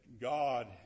God